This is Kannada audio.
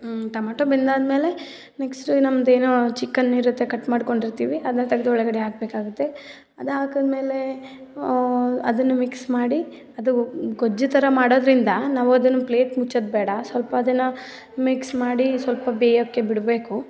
ಟಮೊಟೊ ಬೆಂದಾದಮೇಲೆ ನೆಕ್ಸ್ಟ್ ನಮ್ದು ಏನು ಚಿಕನ್ ಇರುತ್ತೆ ಕಟ್ ಮಾಡ್ಕೊಂಡಿರ್ತೀವಿ ಅದನ್ನ ತೆಗ್ದ್ ಒಳಗಡೆ ಹಾಕಬೇಕಾಗುತ್ತೆ ಅದು ಹಾಕದ್ಮೇಲೆ ಅದನ್ನು ಮಿಕ್ಸ್ ಮಾಡಿ ಅದು ಗೊಜ್ಜು ಥರ ಮಾಡೋದರಿಂದ ನಾವು ಅದನ್ನು ಪ್ಲೇಟ್ ಮುಚ್ಚೋದು ಬೇಡ ಸ್ವಲ್ಪ ಅದನ್ನು ಮಿಕ್ಸ್ ಮಾಡಿ ಸ್ವಲ್ಪ ಬೇಯೋಕೆ ಬಿಡಬೇಕು